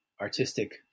artistic